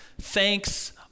thanks